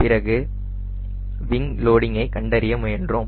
பிறகு விங் லோடிங்கை கண்டறிய முயன்றோம்